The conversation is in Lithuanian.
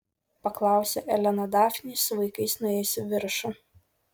paklausė elena dafnei su vaikais nuėjus į viršų